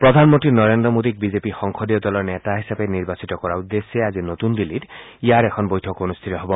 প্ৰধানমন্ত্ৰী নৰেন্দ্ৰ মোদীক বিজেপি সংসদীয় দলৰ নেতা হিচাপে নিৰ্বাচিত কৰাৰ উদ্দেশ্যে আজি নতূন দিল্লীত ইয়াৰ এখন বৈঠক অনূষ্ঠিত হ'ব